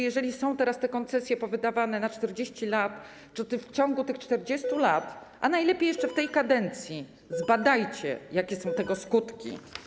Jeżeli są teraz te koncesje powydawane na 40 lat czy w ciągu tych 40 lat, to najlepiej jeszcze w tej kadencji zbadajcie, jakie są tego skutki.